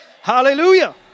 Hallelujah